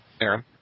Aaron